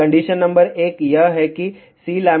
condition number एक यह है कि Cλ 08 से 12